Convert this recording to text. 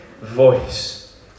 voice